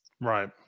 right